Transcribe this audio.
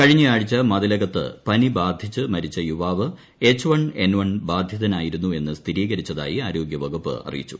കഴിഞ്ഞ ആഴ്ച മത്യീല്ലക്കത്ത് പനി ബാധിച്ച് മരിച്ച യുവാവ് എച്ച് വൺ എൻ വൺ ബാധ്ചിത്തായിരുന്നു എന്ന് സ്ഥിരീകരിച്ചതായി ആരോഗ്യവുകുപ്പ് അറിയിച്ചു